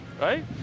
right